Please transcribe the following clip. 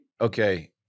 okay